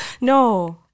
no